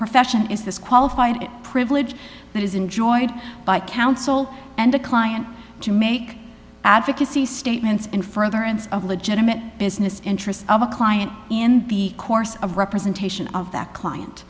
profession is this qualified privilege that is enjoyed by counsel and the client to make advocacy statements and further ends of legitimate business interests of a client in the course of representation of that client